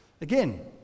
Again